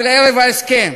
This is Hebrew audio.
של ערב ההסכם,